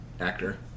actor